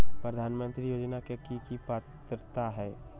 प्रधानमंत्री योजना के की की पात्रता है?